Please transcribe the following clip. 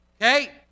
Okay